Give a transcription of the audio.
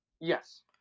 Yes